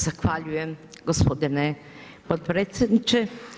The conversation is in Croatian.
Zahvaljujem gospodine potpredsjedniče.